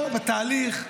לא, בתהליך.